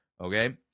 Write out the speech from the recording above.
okay